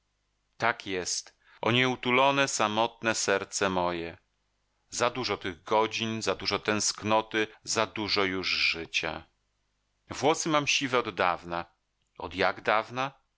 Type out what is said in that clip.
tak jest o nieutulone samotne serce moje za dużo tych godzin za dużo tęsknoty za dużo już życia włosy mam już siwe oddawna od jak dawna